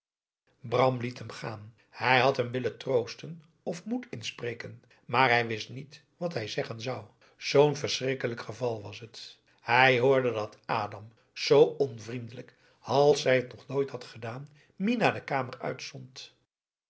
bram liet hem gaan hij had hem willen troosten of moed inspreken maar hij wist niet wat hij zeggen zou zoo'n verschrikkelijk geval was het hij hoorde dat adam zoo onvriendelijk als hij t nog nooit had gedaan minah de kamer uitzond